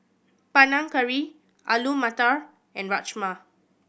Panang Curry Alu Matar and Rajma